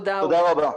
תודה רבה.